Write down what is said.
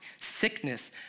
sickness